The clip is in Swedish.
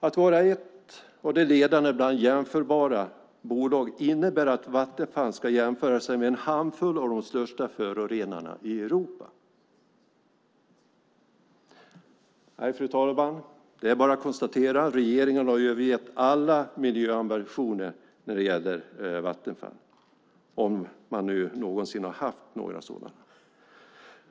Att vara ett av de ledande bland jämförbara bolag innebär att Vattenfall ska jämföra sig med en handfull av de största förorenarna i Europa. Fru talman! Det är bara att konstatera att regeringen har övergett alla miljöambitioner när det gäller Vattenfall, om man nu någonsin har haft några.